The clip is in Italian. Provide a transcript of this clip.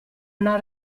una